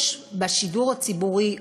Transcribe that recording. יש בשידור הציבורי,